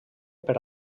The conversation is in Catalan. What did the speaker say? per